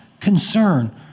concern